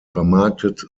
vermarktet